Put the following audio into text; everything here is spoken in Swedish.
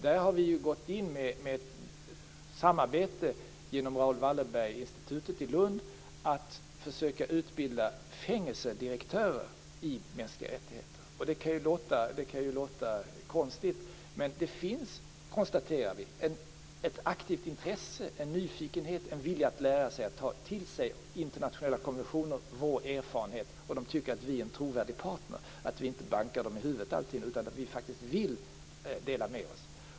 Där har vi gått in med samarbete genom Raoul Wallenberg Institute i Lund för att försöka utbilda fängelsedirektörer i mänskliga rättigheter. Det kan ju låta konstigt. Men vi kan konstatera att det finns ett aktivt intresse, en nyfikenhet, en vilja att lära sig och ta till sig internationella konventioner. Det är vår erfarenhet. De tycker att vi är en trovärdig partner, att vi inte alltid bankar dem i huvudet utan att vi faktiskt vill dela med oss.